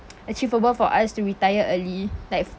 achievable for us to retire early like